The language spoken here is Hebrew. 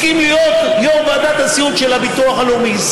והסכים להיות יו"ר ועדת הסיעוד של הביטוח הלאומי,